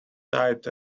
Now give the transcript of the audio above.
tight